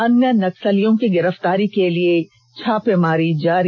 अन्य नक्सलियो की गिरफ्तारी के लिये छापेमारी जारी